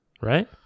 Right